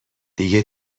دیگه